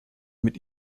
mit